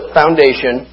foundation